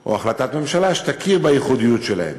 או החלטת ממשלה שתכיר בייחודיות שלהם.